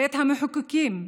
בית המחוקקים,